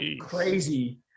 crazy